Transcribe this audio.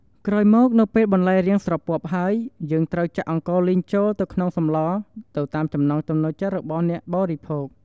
ក្រោយមក នៅពេលបន្លែរាងស្រពាប់ហើយ យើងត្រូវចាក់អង្ករលីងចូលទៅក្នុងសម្លរទៅតាមចំណង់ចំណូលចិត្តរបស់អ្នកបរិភោគ។